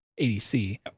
ADC